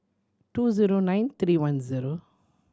two zero nine three one zero